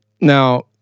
Now